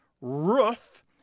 roof